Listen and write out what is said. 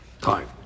time